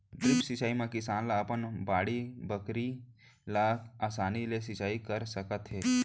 drip सिंचई म किसान ह अपन बाड़ी बखरी ल असानी ले सिंचई कर सकत हे